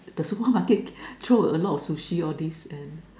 the supermarket throw a lot Sushi all this and